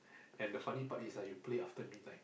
and the funny part is ah you play after midnight